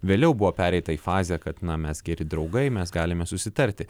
vėliau buvo pereita į fazę kad na mes geri draugai mes galime susitarti